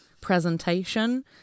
presentation